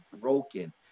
broken